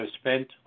spent